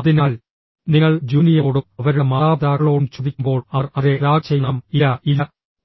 അതിനാൽ നിങ്ങൾ ജൂനിയറോടും അവരുടെ മാതാപിതാക്കളോടും ചോദിക്കുമ്പോൾ അവർ അവരെ റാഗ് ചെയ്യണം ഇല്ല ഇല്ല